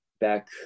back